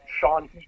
Sean